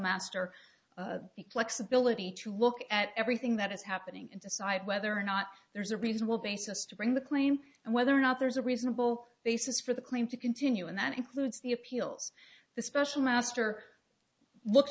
ability to look at everything that is happening and decide whether or not there's a reasonable basis to bring the claim and whether or not there's a reasonable basis for the claim to continue and that includes the appeals the special master look